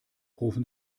rufen